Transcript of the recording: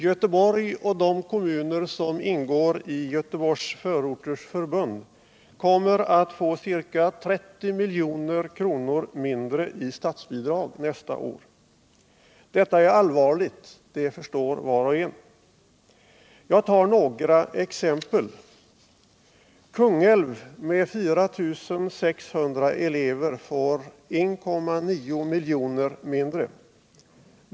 Göteborg och de kommuner som ingår i Göteborgs förorters förbund kommer att få ca 30 milj.kr. mindre i statsbidrag nästa år. Dewta är allvarligt — det förstår var och en. Jag redovisar här några exempel: . Kungälv med 4 600 elever får 1,9 miljoner mindre.